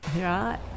Right